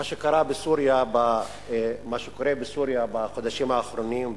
מה שקורה בסוריה בחודשים האחרונים,